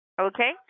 Okay